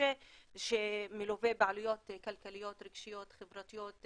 קשה שמלווה בעלויות כלכליות, רגשיות, חברתיות,